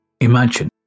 Imagine